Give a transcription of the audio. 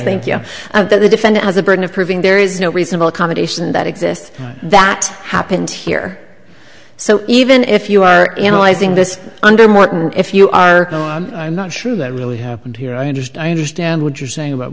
thank you the defendant has the burden of proving there is no reasonable accommodation that exists that happened here so even if you are analyzing this under more if you are i'm not sure that really happened here i understand i understand what you're saying about